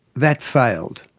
that failed.